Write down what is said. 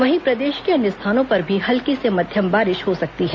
वहीं प्रदेश के अन्य स्थानों पर भी हल्की से मध्यम बारिश हो सकती है